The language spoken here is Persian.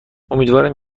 امیدوارم